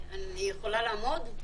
ארבעה דיונים ביטלת.